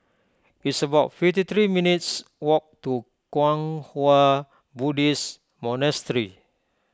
it's about fifty three minutes' walk to Kwang Hua Buddhist Monastery